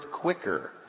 quicker